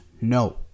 No